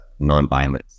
nonviolence